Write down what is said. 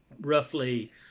roughly